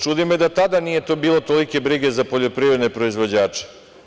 Čudi me da tada nije bilo tolike brige za poljoprivredne proizvođače?